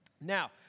Now